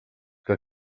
que